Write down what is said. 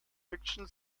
fiction